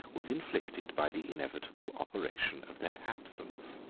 was inflicted by the inevitable operation of their absence.